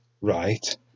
Right